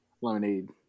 Lemonade